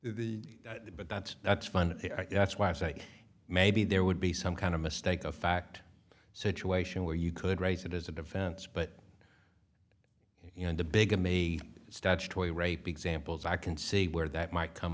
the but that's that's fun that's why i say maybe there would be some kind of mistake of fact situation where you could raise it as a defense but in the big i'm a statutory rape examples i can see where that might come